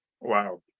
wow